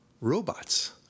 robots